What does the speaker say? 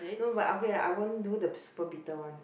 no but okay lah I won't do the super bitter one